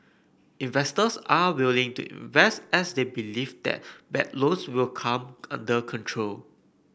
investors are willing to invest as they believe that bad loans will come under control